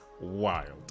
wild